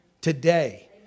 Today